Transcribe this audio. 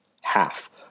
half